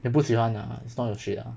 then 不喜欢 lah it's not your trade ah